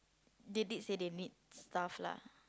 they did say they need stuffs lah